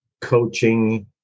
coaching